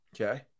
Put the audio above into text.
Okay